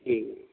ٹھیک ہے